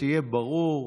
שיהיה ברור,